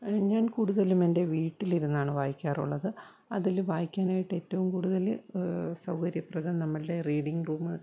ഞാൻ കൂടുതലും എൻ്റെ വീട്ടിലിരുന്നാണ് വായിക്കാറുള്ളത് അതിൽ വായിക്കാനായിട്ട് ഏറ്റവും കൂടുതൽ സൗകര്യപ്രദം നമ്മുടെ റീഡിങ്ങ് റൂം